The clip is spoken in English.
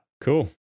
Cool